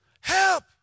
help